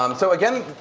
um so again,